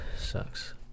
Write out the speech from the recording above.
Sucks